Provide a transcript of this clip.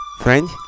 friend